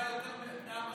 העלייה הייתה יותר מארבע,